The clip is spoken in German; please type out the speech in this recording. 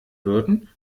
würden